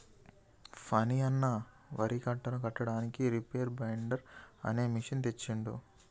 ఫణి అన్న వరి కట్టలను కట్టడానికి రీపేర్ బైండర్ అనే మెషిన్ తెచ్చిండు